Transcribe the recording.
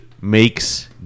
makes